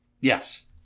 Yes